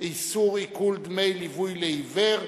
(איסור עיקול דמי ליווי לעיוור),